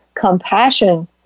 Compassion